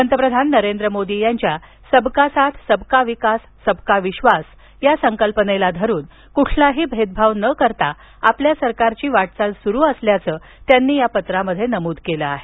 पंतप्रधान नरेंद्र मोदी यांच्या सबका साथ सबका विकास सबका विश्वास या संकल्पनेला धरून कुठलाही भेदभाव न करता आपल्या सरकारची वाटचाल सुरु असल्याचे त्यांनी या पत्रांत नमुद केलं आहे